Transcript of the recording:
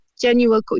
genuine